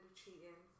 cheating